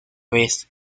vez